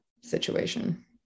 situation